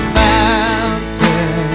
mountain